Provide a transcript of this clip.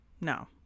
no